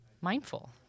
mindful